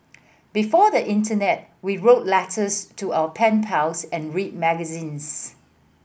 before the internet we wrote letters to our pen pals and read magazines